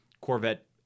Corvette